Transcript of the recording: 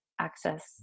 access